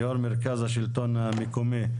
יו"ר המרכז השלטון המקומי.